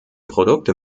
produkte